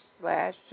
slash